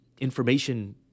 information